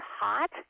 hot